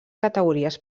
categories